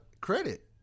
credit